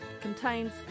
contains